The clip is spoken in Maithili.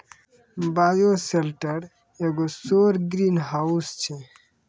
बायोसेल्टर एगो सौर ग्रीनहाउस छै